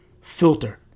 filter